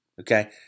Okay